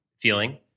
feeling